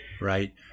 Right